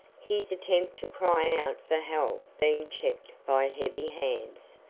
his attempt to cry out for help being checked by heavy hands.